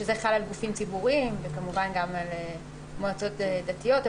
שזה חל על גופים ציבוריים וכמובן גם על מועצות דתיות.